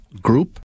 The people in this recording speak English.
Group